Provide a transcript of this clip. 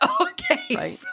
Okay